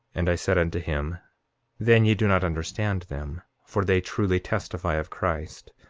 and i said unto him then ye do not understand them for they truly testify of christ.